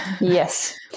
yes